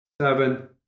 seven